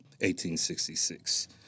1866